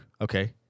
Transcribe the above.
Okay